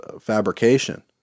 fabrication